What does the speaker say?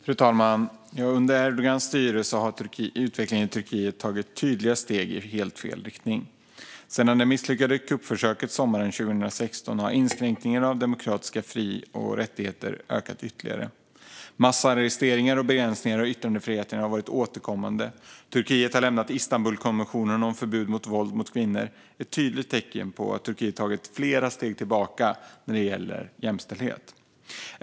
Fru talman! Under Erdogans styre har utvecklingen i Turkiet tagit tydliga steg i helt fel riktning. Sedan det misslyckade kuppförsöket sommaren 2016 har inskränkningarna av demokratiska fri och rättigheter ökat ytterligare. Massarresteringar och begränsningar av yttrandefriheten har varit återkommande. Turkiet har lämnat Istanbulkonventionen om förbud mot våld mot kvinnor - ett tydligt tecken på att Turkiet har tagit flera steg tillbaka när det gäller jämställdhet.